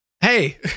hey